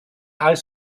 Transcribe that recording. high